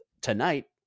tonight